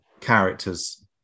characters